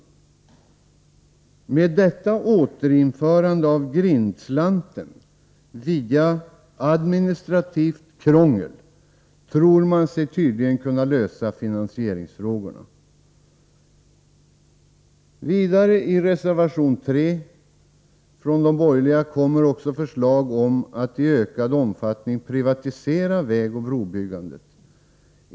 Med detta återinförande av grindslanten via administrativt krångel tror man sig tydligen kunna lösa finansieringsfrågorna. I reservation 3 från de borgerliga kommer också förslag om att i ökad omfattning privatisera vägoch brobyggandet.